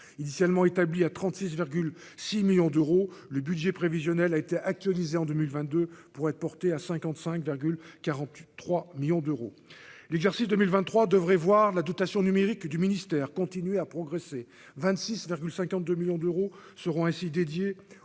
initialement établi à 36,6 millions d'euros, le budget prévisionnel a été actualisé en 2022 pour être porté à 55 43 millions d'euros, l'exercice 2023 devrait voir la dotation numérique du ministère, continuer à progresser 26 52 millions d'euros seront ainsi dédiés